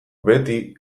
beti